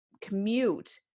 commute